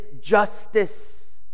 justice